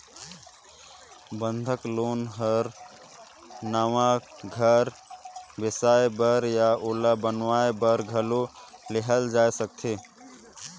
बंधक लोन हर नवा घर बेसाए बर या ओला बनावाये बर घलो लेहल जाय सकथे